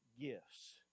gifts